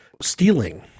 stealing